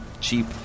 cheap